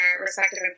respective